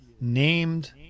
named